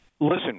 Listen